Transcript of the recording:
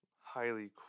highly